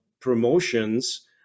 promotions